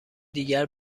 دیگر